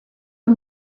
amb